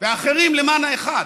והאחרים למען האחד.